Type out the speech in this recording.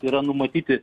yra numatyti